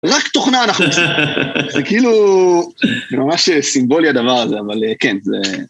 רק תוכנה אנחנו עושים, זה כאילו, זה ממש סימבולי הדבר הזה, אבל כן, זה...